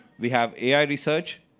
we have ai research,